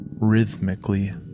rhythmically